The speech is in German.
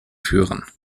führen